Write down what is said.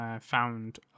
found